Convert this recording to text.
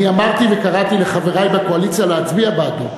אני אמרתי וקראתי לחברי בקואליציה להצביע בעדו,